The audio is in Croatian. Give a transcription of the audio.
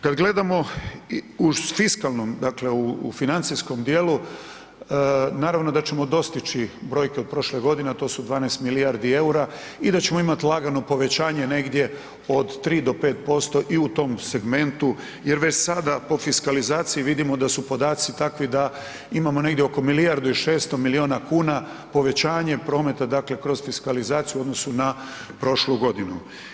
Kada gledamo u fiskalnom, dakle u financijskom dijelu, naravno da ćemo dostići brojke od prošle godine, a to su 12 milijardi eura i da ćemo imati lagano povećanje negdje od 3 do 5% i u tom segmentu jer već sada po fiskalizaciji vidimo da su podaci takvi da imamo negdje oko milijardu i 600 milijuna kuna povećanje prometa kroz fiskalizaciju u odnosu na prošlu godinu.